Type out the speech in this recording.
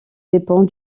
dépend